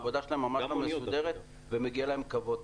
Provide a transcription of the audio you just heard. העבודה שלהם ממש אל מסודרת ומגיע להם כבוד.